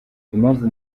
impamvu